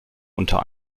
unter